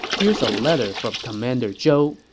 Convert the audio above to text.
here's a letter from commander zhou,